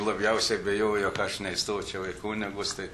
labiausia bijo ka aš neįstočiau į kunigus tai